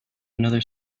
another